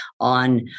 on